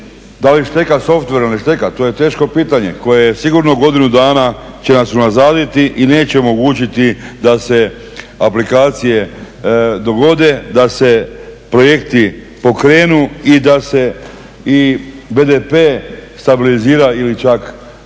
Da li šteka softver ili ne šteka? To je teško pitanje koje sigurno godinu dana će nas unazaditi i neće omogućiti da se aplikacije dogode, da se projekti pokrenu i da se i BDP stabilizira ili čak da ide u